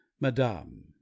Madame